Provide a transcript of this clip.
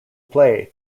play